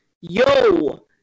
yo